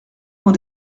vend